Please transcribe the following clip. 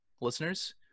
listeners